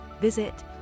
visit